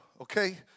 okay